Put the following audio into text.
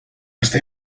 estar